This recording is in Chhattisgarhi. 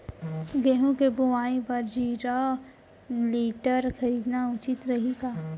गेहूँ के बुवाई बर जीरो टिलर खरीदना उचित रही का?